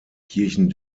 kirchen